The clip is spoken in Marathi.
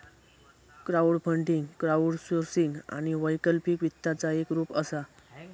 क्राऊडफंडींग क्राऊडसोर्सिंग आणि वैकल्पिक वित्ताचा एक रूप असा